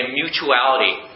mutuality